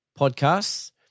podcasts